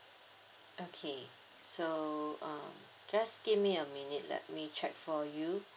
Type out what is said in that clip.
okay so uh just give me a minute let me check for you